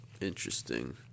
interesting